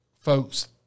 folks